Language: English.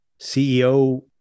CEO